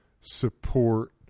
support